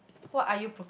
what are you